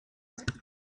earth